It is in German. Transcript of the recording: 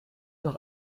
noch